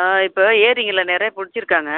ஆ இப்போ ஏரிகள்ல நிறைய பிடிச்சிருக்காங்க